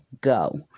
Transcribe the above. go